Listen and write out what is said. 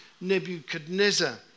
Nebuchadnezzar